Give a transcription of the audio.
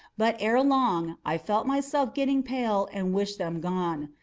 but, ere long, i felt myself getting pale and wished them gone.